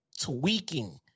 tweaking